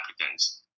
applicants